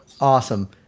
awesome